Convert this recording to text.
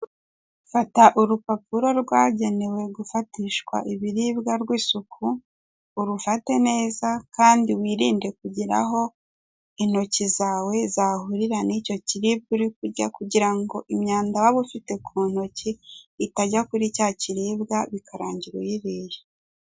Tata urupapuro rwagenewe gufatishwa iibiribwa rw'isuku urufate neza kandi wirinde kugira aho intoki zawe zahurira n'icyo kiribwa uri kurya kugira ngo imyanda waba ufite ku ntoki itajya kuri cya kiribwa bikarangira uyiriye.